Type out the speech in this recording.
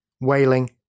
wailing